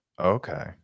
Okay